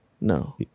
No